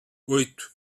oito